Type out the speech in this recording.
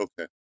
okay